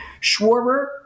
Schwarber